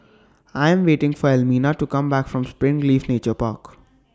I Am waiting For Elmina to Come Back from Springleaf Nature Park